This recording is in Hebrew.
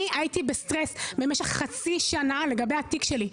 אני הייתי בסטרס במשך חצי שנה לגבי התיק שלי.